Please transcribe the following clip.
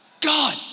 God